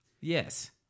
Yes